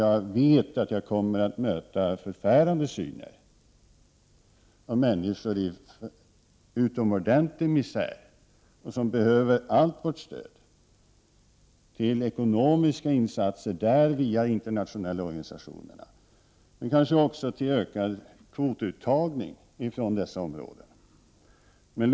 Jag vet att jag kommer att möta förfärande syner med människor i stor misär som behöver allt vårt stöd i form av ekonomiska insatser via de internationella organisationerna men kanske också i form av ökad kvotuttagning från dessa områden.